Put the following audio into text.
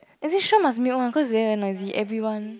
is it sure must mute one cause sure very noisy everyone